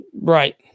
right